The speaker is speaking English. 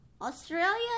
Australia